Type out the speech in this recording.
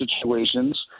situations